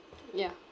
yeah